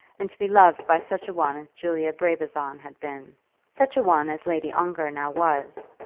and to be loved by such a one as julia brabazon had been such a one as lady ongar now was.